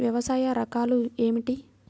వ్యవసాయ రకాలు ఏమిటి?